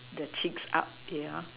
the chicks up they are